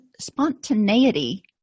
spontaneity